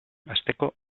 hasteko